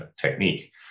technique